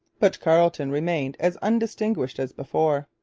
but carleton remained as undistinguished as before.